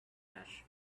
ash